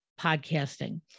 podcasting